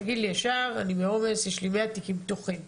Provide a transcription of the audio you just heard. מיד תגיד שאתה בעומס, יש מאה תיקים פתוחים.